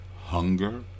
hunger